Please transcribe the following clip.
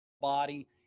body